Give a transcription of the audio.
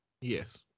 Yes